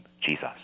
Jesus